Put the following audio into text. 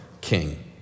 king